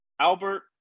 Albert